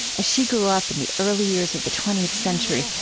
as she grew up in the early years of the twentieth century,